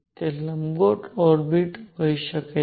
તેથી તે લંબગોળ ઓર્બિટ્સ હોઈ શકે છે